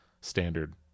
standard